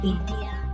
India